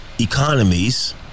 Economies